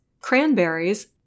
cranberries